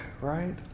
right